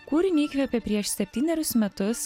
kūrinį įkvėpė prieš septynerius metus